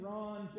Ron